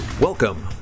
Welcome